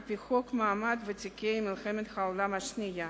ועל-פי חוק מעמד ותיקי מלחמת העולם השנייה.